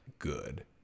Good